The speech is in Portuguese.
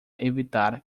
evitar